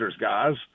guys